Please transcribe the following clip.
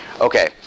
okay